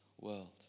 world